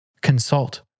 consult